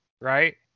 right